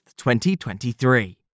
2023